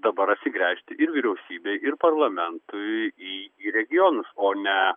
dabar atsigręžti ir vyriausybei ir parlamentui į regionus o ne